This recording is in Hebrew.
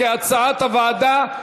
כהצעת הוועדה.